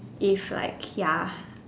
if like ya